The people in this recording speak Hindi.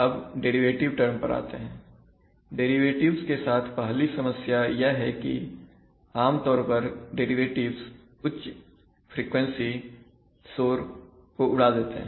अब डेरिवेटिव टर्म पर आते हैंडेरिवेटिव्स के साथ पहली समस्या यह है कि आमतौर पर डेरिवेटिव्स उच्च फ्रीक्वेंसी शोर को उड़ा देते हैं